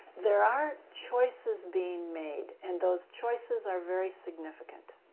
there are choices being made and those choices are very significant,